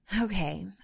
Okay